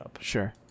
sure